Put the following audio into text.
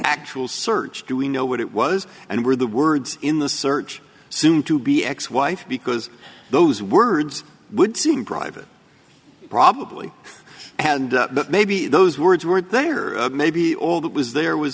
actual search do we know what it was and were the words in the search soon to be ex wife because those words would seem private probably and that maybe those words weren't there maybe all that was there was